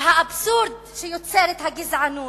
והאבסורד שיוצרת הגזענות.